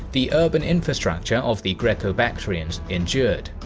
the urban infrastructure of the greco-bactrians endured.